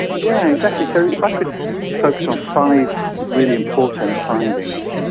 yeah exactly, so if i could focus on five really important findings,